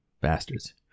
bastards